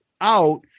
out